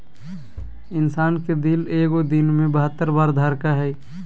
इंसान के दिल एगो दिन मे बहत्तर बार धरकय हइ